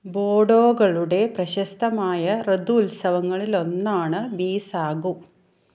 ബോഡോകളുടെ പ്രശസ്തമായ ഋതു ഉത്സവങ്ങളിലൊന്നാണ് ബിസാഗു